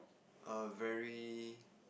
a very